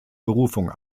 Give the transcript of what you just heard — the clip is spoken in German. berufung